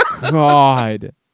God